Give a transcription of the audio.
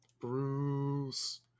Bruce